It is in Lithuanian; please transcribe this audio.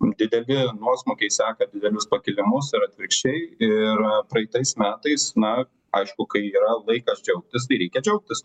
dideli nuosmukiai seka didelius pakilimus ir atvirkščiai ir praeitais metais na aišku kai yra laikas džiaugtis tai reikia džiaugtis